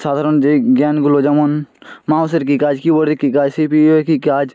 সাধারণ যেই জ্ঞানগুলো যেমন মাউসের কী কাজ কিবোর্ডের কী কাজ সিপিইউ এর কী কাজ